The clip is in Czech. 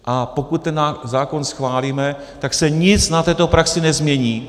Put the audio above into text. A pokud ten zákon schválíme, tak se nic na této praxi nezmění.